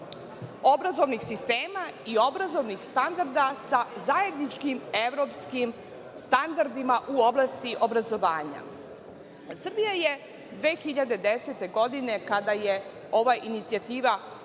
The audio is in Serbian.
obrazovnih sistema i obrazovnih standarda sa zajedničkim evropskim standardima u oblasti obrazovanja. Srbija je 2010. godine kada je ova inicijativa